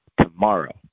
tomorrow